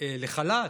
לחל"ת,